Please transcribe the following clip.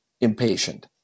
impatient